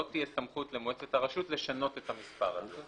לא תהיה סמכות למועצת הרשות לשנות את המספר הזה.